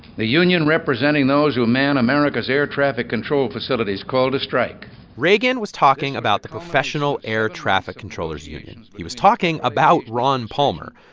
the union representing those who man america's air traffic control facilities called a strike reagan was talking about the professional air traffic controllers union. he was talking about ron palmer.